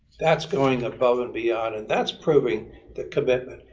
that's going above and beyond, and that's proving the commitment.